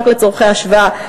רק לצורכי השוואה,